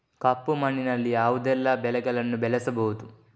ಕಪ್ಪು ಮಣ್ಣಿನಲ್ಲಿ ಯಾವುದೆಲ್ಲ ಬೆಳೆಗಳನ್ನು ಬೆಳೆಸಬಹುದು?